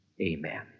Amen